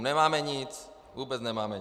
Nemáme nic, vůbec nic nemáme.